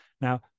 Now